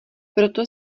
proto